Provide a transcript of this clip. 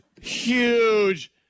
huge